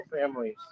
families